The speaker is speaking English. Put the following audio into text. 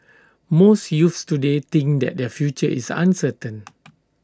most youths today think that their future is uncertain